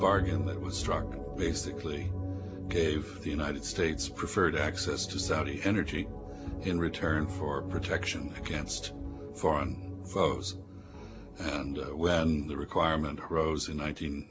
bargain that was struck basically gave the united states preferred access to saudi energy in return for protection against foreign votes and when the requirement rose in